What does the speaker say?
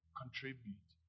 contribute